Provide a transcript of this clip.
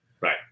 Right